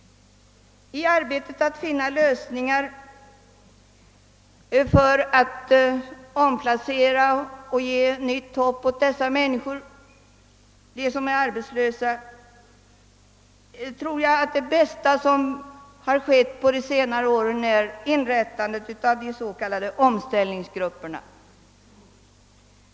I strävandena att finna lösningar för att omplacera och ge nytt hopp åt de människor som är arbetslösa tror jag att det bästa som har skett under senare år är inrättandet av de s.k. omställningsgrupperna.